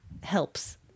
helps